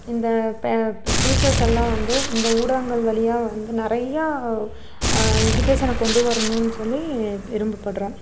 இந்த பே டீச்சர்ஸ் எல்லாம் வந்து இந்த ஊடகங்கள் வழியா வந்து நிறையா எஜுகேஷனை கொண்டு வரணும்னு சொல்லி விரும்பப்படுறோம்